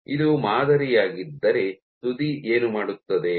ಇದು ಮಾದರಿಯಾಗಿದ್ದರೆ ತುದಿ ಏನು ಮಾಡುತ್ತದೆ